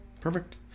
Perfect